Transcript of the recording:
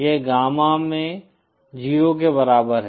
यह गामा में 0 के बराबर है